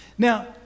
Now